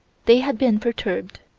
they had been perturbed.